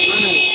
آہَن حظ